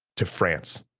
to france.